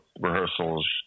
rehearsals